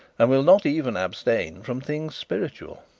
and will not even abstain from things spiritual.